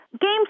games